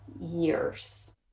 years